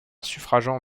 suffragant